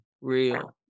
Real